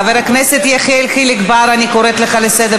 של חבר הכנסת חיים ילין וקבוצת חברי הכנסת.